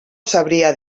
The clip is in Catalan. sabria